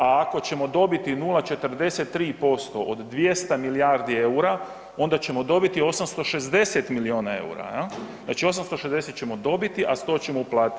A ako ćemo dobiti 0,43% od 200 milijardi eura onda ćemo dobiti 860 milijuna eura, znači 860 ćemo dobiti, a 100 uplatiti.